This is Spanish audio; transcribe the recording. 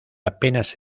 apenas